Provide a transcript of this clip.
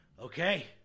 Okay